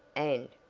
and,